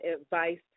advice